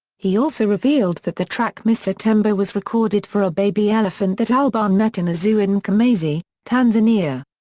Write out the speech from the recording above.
he also revealed that the track mr tembo was recorded for a baby elephant that albarn met in a zoo in mkomazi, tanzania.